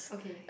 okay